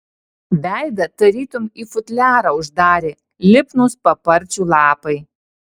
veidą tarytum į futliarą uždarė lipnūs paparčių lapai